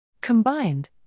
Combined